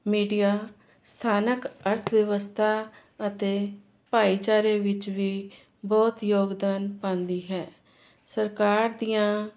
media ਸਥਾਨਕ ਅਰਥ ਵਿਵਸਥਾ ਅਤੇ ਭਾਈਚਾਰੇ ਵਿੱਚ ਵੀ ਬਹੁਤ ਯੋਗਦਾਨ ਪਾਂਦੀ ਹੈ ਸਰਕਾਰ ਦੀਆਂ